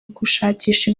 gushakisha